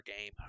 game